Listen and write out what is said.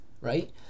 right